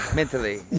mentally